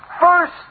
first